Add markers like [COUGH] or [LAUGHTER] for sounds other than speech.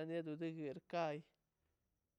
[UNINTELLIGIBLE] kai